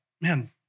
man